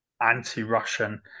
anti-Russian